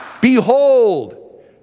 behold